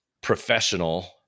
professional